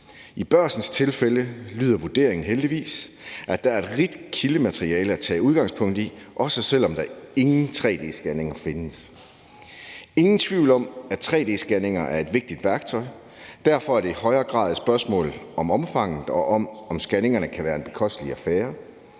I Børsens tilfælde lyder vurderingen heldigvis, at der er et rigt kildemateriale at tage udgangspunkt i, også selv om der ingen tre-d-scanninger findes. Der er ingen tvivl om, at tre-d-scanninger er et vigtigt værktøj. Derfor er det i højere grad et spørgsmål om omfanget og om, hvorvidt scanningerne kan være en bekostelig affære.